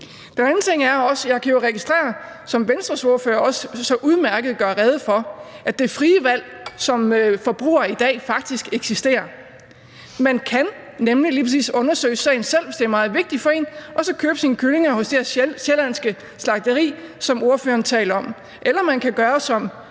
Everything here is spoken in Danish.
Den anden ting er – som Venstres ordfører også så udmærket gjorde rede for – at det frie valg som forbruger i dag faktisk eksisterer. Man kan nemlig lige præcis undersøge sagen selv, hvis det er meget vigtigt for en, og så købe sine kyllinger hos det her sjællandske slagteri, som ordføreren taler om. Eller man kan gøre, som